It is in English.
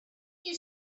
you